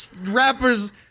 rappers